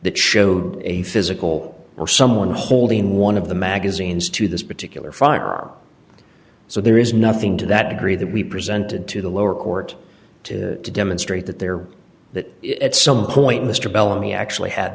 that showed a physical or someone holding one of the magazines to this particular firearm so there is nothing to that degree that we presented to the lower court to demonstrate that there that at some point mr bellamy actually had